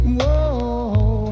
whoa